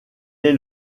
est